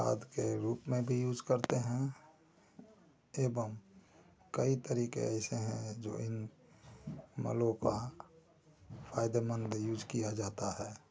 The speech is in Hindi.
खाद के रूप में भी यूज करते हैं एवम् कई तरीके ऐसे हैं जो इन मलों का फ़ायदेमंद यूज किया जाता है